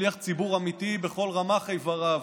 שליח ציבור אמיתי בכל רמ"ח אבריו,